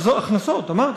הכנסות אמרתי,